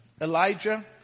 Elijah